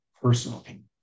personally